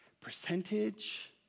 Percentage